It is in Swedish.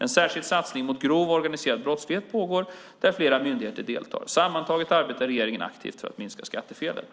En särskild satsning mot grov organiserad brottslighet pågår där flera myndigheter deltar. Sammantaget arbetar regeringen aktivt för att minska skattefelet.